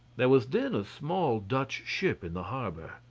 there was then a small dutch ship in the harbour.